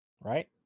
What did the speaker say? right